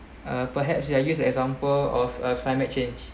uh perhaps you are use example of a climate change